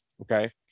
okay